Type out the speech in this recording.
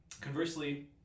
Conversely